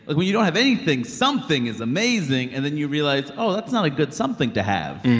like, when you don't have anything, something is amazing. and then you realize oh, that's not a good something to have.